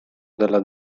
della